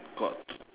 got